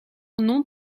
nom